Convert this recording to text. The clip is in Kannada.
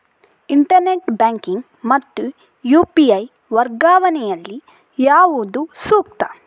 ಇಂಟರ್ನೆಟ್ ಬ್ಯಾಂಕಿಂಗ್ ಮತ್ತು ಯು.ಪಿ.ಐ ವರ್ಗಾವಣೆ ಯಲ್ಲಿ ಯಾವುದು ಸೂಕ್ತ?